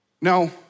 Now